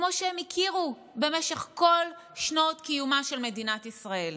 כמו שהם הכירו במשך כל שנות קיומה של מדינת ישראל.